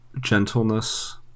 gentleness